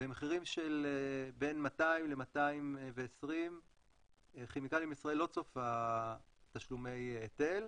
במחירים של בין 200 ל-220 כימיקלים לישראל לא צופה תשלומי היטל,